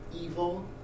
evil